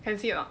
can see or not